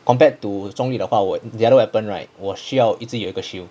compared to zhong li 的话我 the other weapon right 我需要一直有一个 shield